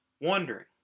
wondering